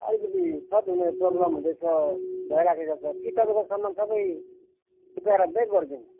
अलिकति सर्ट हुने प्रब्लम हुँदैछ भइराखेको छ कि तपाईँको सामान सबै उक्काएर ब्याक गरिदिनु